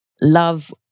love